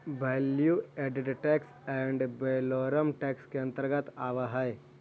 value added tax ad valorem tax के अंतर्गत आवऽ हई